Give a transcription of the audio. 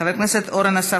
חבר הכנסת אורן אסף